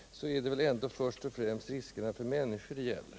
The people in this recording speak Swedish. så ir det väl ändå först och främst riskerna för människor det gäller.